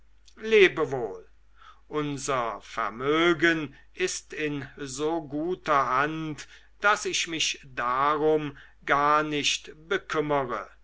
lebewohl unser vermögen ist in so guter hand daß ich mich darum gar nicht bekümmere